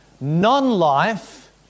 non-life